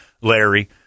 Larry